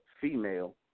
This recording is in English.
female